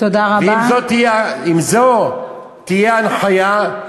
ואם זאת תהיה ההנחיה,